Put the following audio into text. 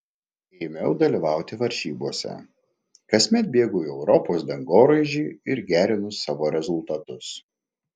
ėmiau dalyvauti varžybose kasmet bėgu į europos dangoraižį ir gerinu savo rezultatus